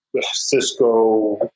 Cisco